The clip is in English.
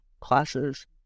classes